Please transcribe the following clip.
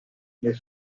mais